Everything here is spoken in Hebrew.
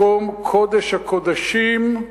מקום קודש הקודשים,